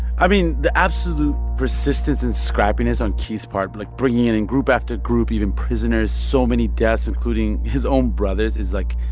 i mean, the absolute persistence and scrappiness on keith's part but like, bringing in and group after group, even prisoners so many deaths, including his own brothers' is, like,